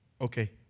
Okay